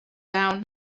down